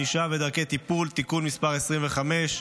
ענישה ודרכי טיפול) (תיקון מס' 25,